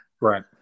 Right